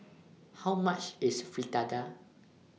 How much IS Fritada